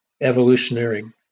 evolutionary